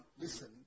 listen